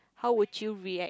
how would you react